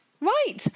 Right